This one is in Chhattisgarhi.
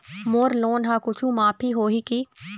मोर लोन हा कुछू माफ होही की?